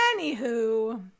Anywho